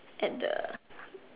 at the